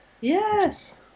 Yes